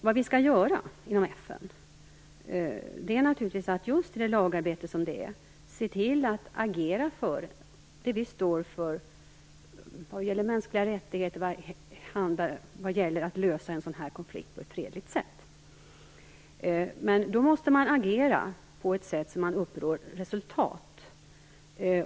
Vad vi skall göra inom FN är att i lagarbete agera för det vi står för vad gäller mänskliga rättigheter och för att lösa en sådan här konflikt på ett fredligt sätt. Då måste man agera på ett sådant sätt att man uppnår resultat.